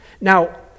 Now